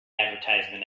advertisement